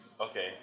Okay